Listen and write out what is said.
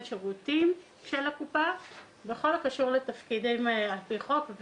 שירותים של הקופה בכל הקשור לתפקיד על פי חוק.